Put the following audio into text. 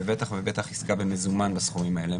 ובטח ובטח עסקה במזומן בסכומים האלה.